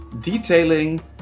Detailing